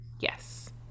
Yes